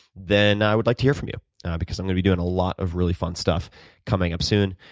then i would like to hear from you because i'm gonna be doing a lot of really fun stuff coming up soon,